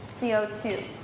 CO2